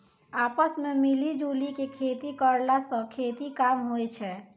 आपस मॅ मिली जुली क खेती करला स खेती कम होय छै